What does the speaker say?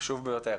חשוב ביותר.